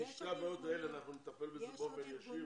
אנחנו נטפל בשתי הבעיות האלה באופן ישיר,